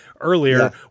earlier